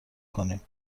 کنیم